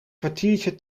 kwartiertje